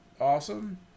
awesome